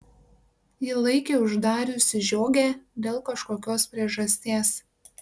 ji laikė uždariusi žiogę dėl kažkokios priežasties